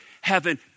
heaven